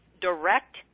direct